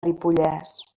ripollès